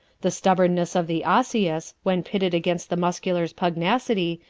the stubborness of the osseous, when pitted against the muscular's pugnacity,